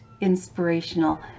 inspirational